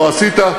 לא עשית,